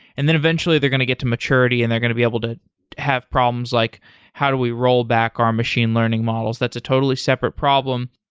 and eventually they're going to get to maturity and they're going to be able to have problems like how do we rollback our machine learning models. that's a totally separate problem.